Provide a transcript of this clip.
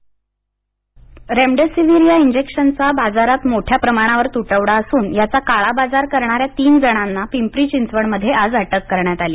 काळाबाजार रेमडसिविर या इंजेक्शनचा बाजारात मोठ्या प्रमाणावर तुटवडा असून याचा काळाबाजार करणाऱ्या तीन जणांना पिंपरी चिंचवड मध्ये आज अटक करण्यात आली